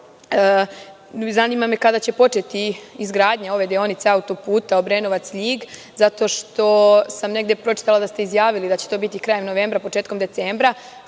stvari. Zanima me kada će početi izgradnja ove deonice auto puta Obrenovac – Ljig, zato što sam negde pročitala da ste izjavili da će to biti krajem novembra, početkom decembra,